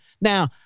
Now